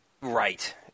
Right